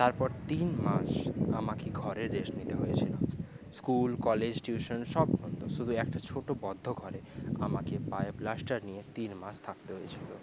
তারপর তিন মাস আমাকে ঘরে রেস্ট নিতে হয়েছিলো স্কুল কলেজ টিউশন সব বন্ধ শুধু একটা ছোটো বদ্ধ ঘরে আমাকে পায়ে প্লাস্টার নিয়ে তিন মাস থাকতে হয়েছিলো